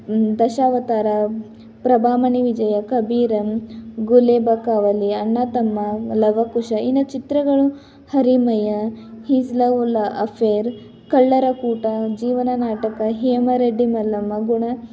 ದಶಾವತಾರ ಪ್ರಭಾಮಣಿ ವಿಜಯ ಕಬೀರಮ್ ಗುಲೇಬಕಾವಲಿ ಅಣ್ಣ ತಮ್ಮ ಲವ ಕುಶ ಇನ್ನ ಚಿತ್ರಗಳು ಹರಿ ಮಾಯಾ ಹಿಸ್ ಲವ್ ಲ ಅಫೇರ್ ಕಳ್ಳರ ಕೂಟ ಜೀವನ ನಾಟಕ ಹೇಮರೆಡ್ಡಿ ಮಲ್ಲಮ್ಮ ಗುಣ